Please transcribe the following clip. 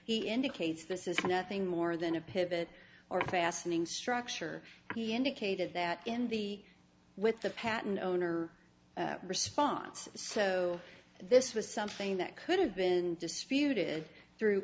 he indicates this is nothing more than a pivot or fastening structure he indicated that in the with the patent owner response so this was something that could have been disputed through